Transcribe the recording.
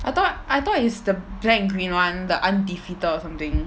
I thought I thought is the black green one the undefeated or something